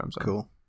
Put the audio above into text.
cool